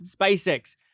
SpaceX